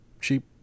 cheap